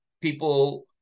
people